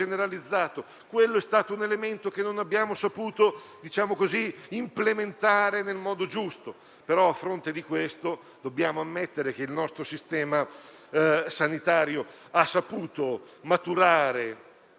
Questo è stato un elemento che non abbiamo saputo implementare nel modo giusto. Ma, a fronte di questo, dobbiamo ammettere che il nostro sistema sanitario ha saputo maturare